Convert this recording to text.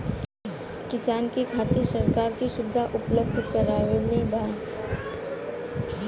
किसान के खातिर सरकार का सुविधा उपलब्ध करवले बा?